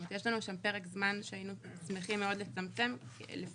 יש לנו שם פרק זמן שהיינו שמחים מאוד לצמצם לפי,